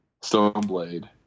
Stoneblade